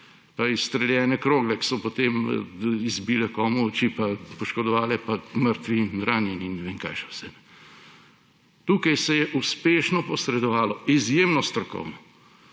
pa izstreljene krogle, ki so potem izbile pa poškodovale komu oči, mrtvi in ranjeni in ne vem, kaj še vse. Tukaj se je uspešno posredovalo, izjemno strokovno,